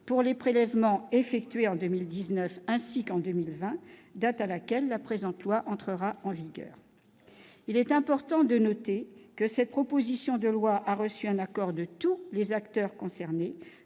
pour les prélèvements effectués en 2019 ainsi qu'en 2020, date à laquelle le présentoir entrera en vigueur, il est important de noter que cette proposition de loi a reçu un accord de tous les acteurs concernés,